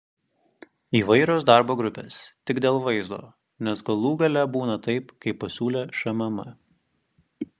įvairios darbo grupės tik dėl vaizdo nes galų gale būna taip kaip pasiūlė šmm